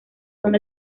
son